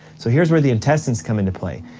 so here's where the intestines come into play.